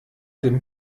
dem